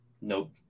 Nope